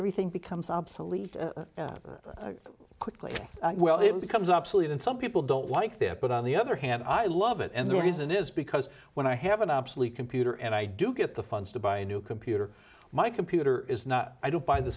everything becomes obsolete quickly well they becomes obsolete and some people don't like that but on the other hand i love it and the reason is because when i have an obsolete computer and i do get the funds to buy a new computer my computer is not i don't buy the